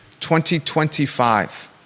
2025